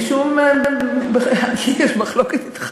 יש לי מחלוקת אתך?